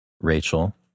Rachel